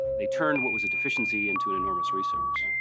they turned what was a deficiency into an enormous resource.